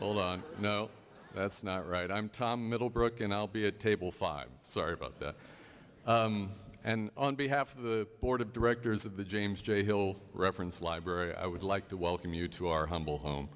hold on no that's not right i'm tom middlebrook and i'll be at table five sorry about that and on behalf of the board of directors of the james j hill reference library i would like to welcome you to our humble home